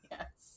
Yes